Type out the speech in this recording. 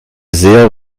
sehr